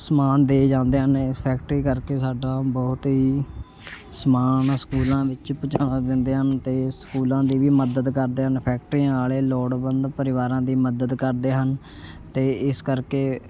ਸਮਾਨ ਦੇ ਜਾਂਦੇ ਹਨ ਇਸ ਫੈਕਟਰੀ ਕਰਕੇ ਸਾਡਾ ਬਹੁਤ ਹੀ ਸਮਾਨ ਸਕੂਲਾਂ ਵਿੱਚ ਪਹੁੰਚਾ ਦਿੰਦੇ ਹਨ ਅਤੇ ਸਕੂਲਾਂ ਦੀ ਵੀ ਮਦਦ ਕਰਦੇ ਹਨ ਫੈਕਟਰੀਆਂ ਵਾਲ਼ੇ ਲੋੜਵੰਦ ਪਰਿਵਾਰਾਂ ਦੀ ਮਦਦ ਕਰਦੇ ਹਨ ਅਤੇ ਇਸ ਕਰਕੇ